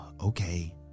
Okay